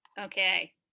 okay